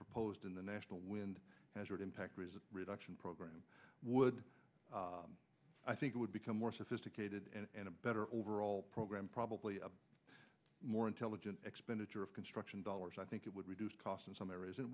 proposed in the national wind hazard impact was a reduction program would i think it would become more sophisticated and a better overall program probably a more intelligent expenditure of construction dollars i think it would reduce costs in some areas